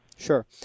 Sure